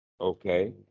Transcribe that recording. Okay